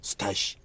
Stash